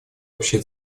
общие